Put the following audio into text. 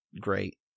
great